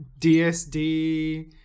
DSD